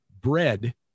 bread